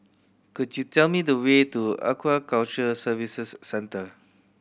could you tell me the way to Aquaculture Services Centre